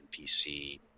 NPC